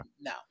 no